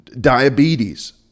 diabetes